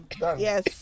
Yes